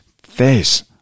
face